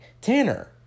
Tanner